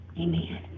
Amen